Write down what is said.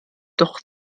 doch